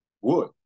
wood